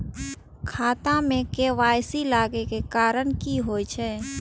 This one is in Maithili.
खाता मे के.वाई.सी लागै के कारण की होय छै?